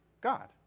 God